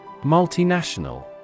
Multinational